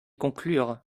conclure